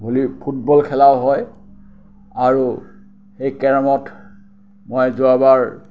volley football খেলাও হয় আৰু সেই কেৰমত মই যোৱাবাৰ